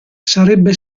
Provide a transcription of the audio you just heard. sarebbe